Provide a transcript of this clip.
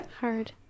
hard